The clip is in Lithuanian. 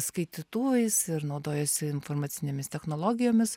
skaitytuvais ir naudojasi informacinėmis technologijomis